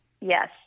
Yes